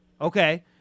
Okay